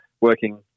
working